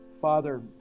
Father